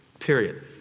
Period